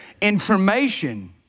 information